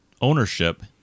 ownership